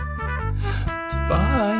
Bye